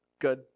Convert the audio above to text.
good